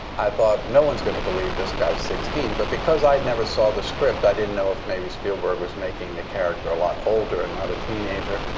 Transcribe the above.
i thought, no one's going to believe this guy is sixteen. but because i never saw the script, i didn't know if maybe spielberg was making the character a lot older and not a teenager.